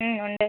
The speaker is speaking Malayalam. ഹ്മ് ഉണ്ട്